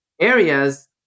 areas